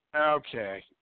Okay